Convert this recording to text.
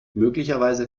möglicherweise